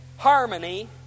Harmony